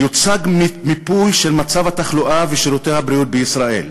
יוצג מיפוי של מצב התחלואה ושירותי הבריאות בישראל.